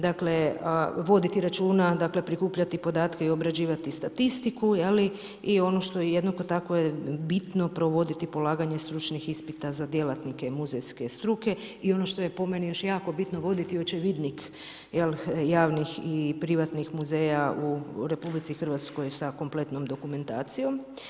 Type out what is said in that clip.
Dakle, voditi računa, računa, dakle prikupljati podatke i obrađivati statistiku i ono što je jednako tako bitno, provoditi polaganje stručnih ispita za djelatnike muzejske struke i ono što je po meni još jako bitno, voditi očevidnik javnih i privatnih muzeja u RH sa kompletnom dokumentacijom.